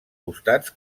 costats